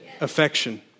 Affection